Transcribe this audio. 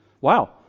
wow